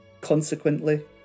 Consequently